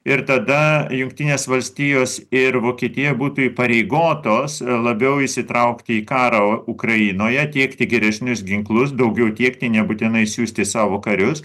ir tada jungtinės valstijos ir vokietija būtų įpareigotos labiau įsitraukti į karo ukrainoje tiekti geresnius ginklus daugiau tiekti nebūtinai siųsti savo karius